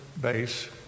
base